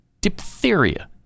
Diphtheria